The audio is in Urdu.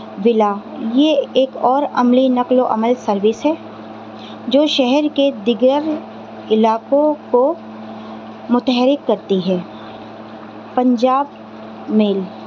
بلا یہ ایک اور عملی نقل و حمل سروس ہے جو شہر کے دیگر علاقوں کو متحرک کرتی ہے پنجاب میل